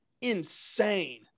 insane